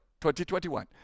2021